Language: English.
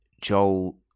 Joel